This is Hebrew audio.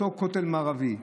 אותו כותל מערבי,